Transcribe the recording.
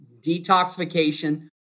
detoxification